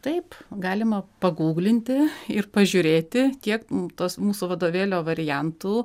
taip galima pagūglinti ir pažiūrėti tiek tos mūsų vadovėlio variantų